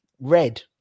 red